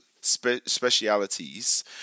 specialities